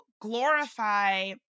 glorify